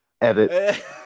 Edit